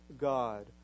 God